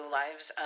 lives